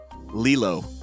Lilo